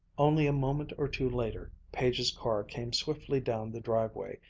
only a moment or two later, page's car came swiftly down the driveway,